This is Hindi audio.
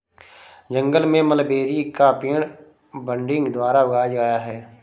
जंगल में मलबेरी का पेड़ बडिंग द्वारा उगाया गया है